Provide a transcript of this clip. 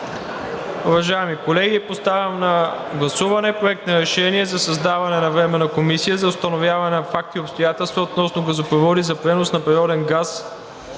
Уважаеми колеги, поставям на гласуване Проекта на решение за създаване на Временна комисия за установяване на факти и обстоятелства относно газопроводи за пренос на природен газ